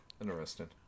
Interesting